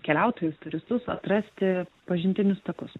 keliautojus turistus atrasti pažintinius takus